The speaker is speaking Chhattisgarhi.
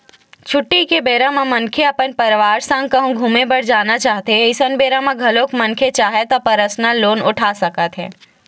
छुट्टी के बेरा म मनखे अपन परवार संग कहूँ घूमे बर जाना चाहथें अइसन बेरा म घलोक मनखे चाहय त परसनल लोन उठा सकत हे